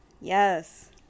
Yes